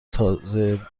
تاریخ